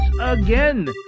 again